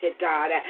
God